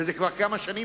וזה רץ בשוק כבר כמה שנים,